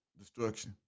destruction